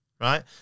right